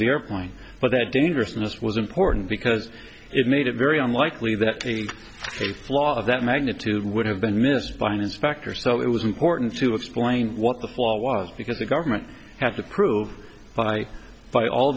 the airplane but that dangerousness was important because it made it very unlikely that a flaw of that magnitude would have been missed by an inspector so it was important to explain what the flaw was because the government had to prove by by all